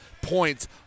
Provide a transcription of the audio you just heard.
points